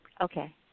okay